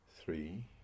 Three